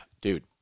dude